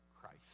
Christ